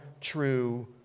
true